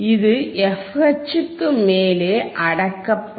இது fH க்கு மேலே அடக்கப்படும்